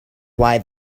why